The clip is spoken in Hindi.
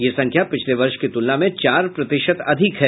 यह संख्या पिछले वर्ष की तुलना में चार प्रतिशत अधिक है